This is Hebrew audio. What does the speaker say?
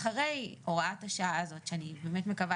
אחרי הוראת השעה הזאת שאני באמת מקווה